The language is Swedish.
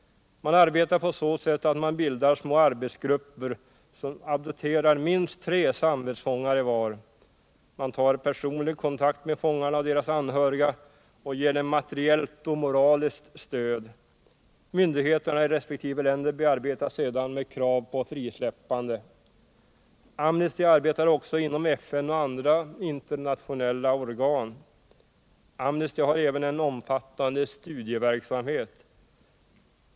Man arbetar på så sätt att man bildar små arbetsgrupper som adopterar minst tre samvetsfångar var. Man tar personlig kontakt med fångarna och deras anhöriga och ger dem materiellt och moraliskt stöd. Myndigheterna i resp. länder bearbetas sedan med krav på frisläppande. Amnesty arbetar också inom FN och andra internationella organ. Amnesty har även en omfattande studieverksamhet.